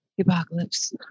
apocalypse